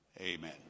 Amen